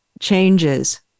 changes